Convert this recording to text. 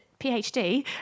PhD